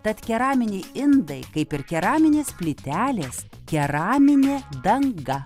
tad keraminiai indai kaip ir keraminės plytelės keraminė danga